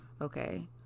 Okay